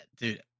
dude